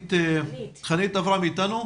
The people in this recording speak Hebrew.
חנית אברהם איתנו?